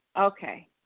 Okay